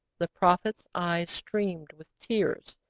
the prophets' eyes streamed with tears,